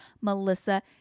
Melissa